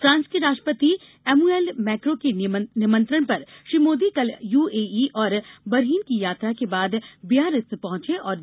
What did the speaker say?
France के राष्ट्रपति Emmanuel Macron के निमंत्रण पर श्री मोदी कल यूएई और बहरीन की यात्रा के बाद बियारित्ज पहुंचे थे